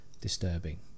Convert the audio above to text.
disturbing